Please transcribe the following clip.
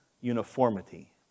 uniformity